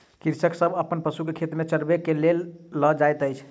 कृषक सभ अपन पशु के खेत में चरबै के लेल लअ जाइत अछि